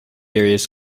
areas